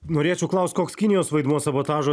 norėčiau klaust koks kinijos vaidmuo sabotažo